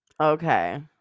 okay